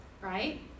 right